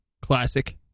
classic